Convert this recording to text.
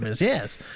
yes